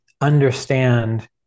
understand